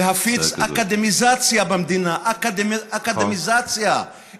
להפיץ אקדמיזציה במדינה, אקדמיזציה.